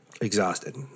exhausted